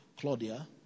Claudia